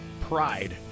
pride